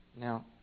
now